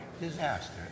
disaster